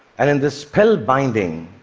and in this spell-binding,